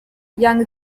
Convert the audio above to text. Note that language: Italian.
young